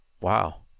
wow